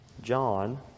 John